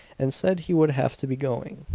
and said he would have to be going.